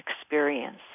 experience